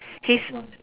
he's